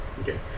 okay